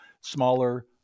smaller